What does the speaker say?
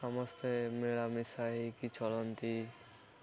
ସମସ୍ତେ ମିଳାମିଶା ହେଇକି ଚଳନ୍ତି